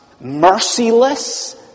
merciless